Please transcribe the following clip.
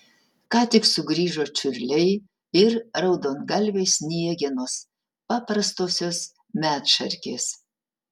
ką tik sugrįžo čiurliai ir raudongalvės sniegenos paprastosios medšarkės